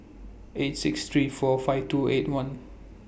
eight six three four five two eight one